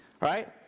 right